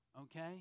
Okay